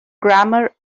grammar